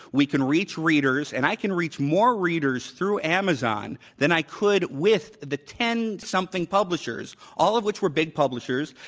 we can reach readers and i can reach more readers through amazon than i could with the ten something publishers, all of which were big publishers,